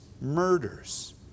murders